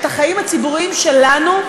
החיים הציבוריים שלנו,